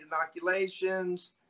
inoculations